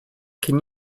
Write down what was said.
can